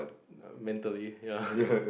err mentally ya